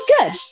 Good